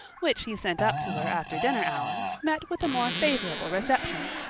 which he sent up to her after dinner hour, met with a more favorable reception.